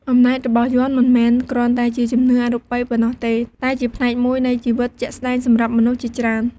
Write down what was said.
អំណាចរបស់យ័ន្តមិនមែនគ្រាន់តែជាជំនឿអរូបីប៉ុណ្ណោះទេ តែជាផ្នែកមួយនៃជីវិតជាក់ស្ដែងសម្រាប់មនុស្សជាច្រើន។